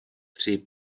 při